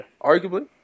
Arguably